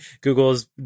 Google's